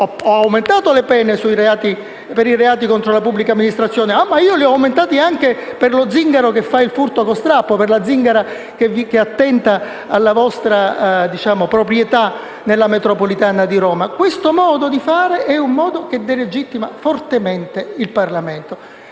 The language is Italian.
aumentato le pene per i reati contro la pubblica amministrazione e di averle aumentate anche per lo zingaro che fa il furto con strappo, per la zingara che attenta alla vostra proprietà nella metropolitana di Roma, questo modo di fare è un modo che delegittima fortemente il Parlamento.